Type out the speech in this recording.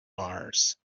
bars